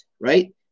right